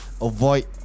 avoid